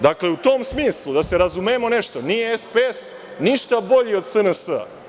Dakle, u tom smislu, da se razumemo nešto, nije SPS ništa bolji od SNS.